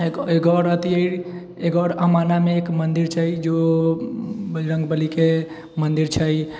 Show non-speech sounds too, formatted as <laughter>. एक आओर अथी एक आओर <unintelligible> मन्दिर छै जो बजरङ्ग बलीके मन्दिर छै